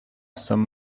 some